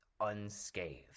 unscathed